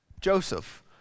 Joseph